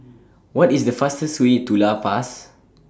What IS The fastest Way to La Paz